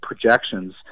projections